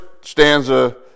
stanza